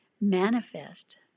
manifest